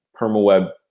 permaweb